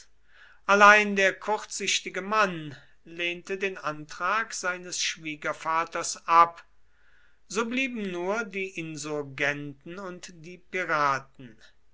allein der kurzsichtige mann lehnte den antrag seines schwiegervaters ab so blieben nur die insurgenten und die piraten